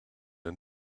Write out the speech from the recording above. and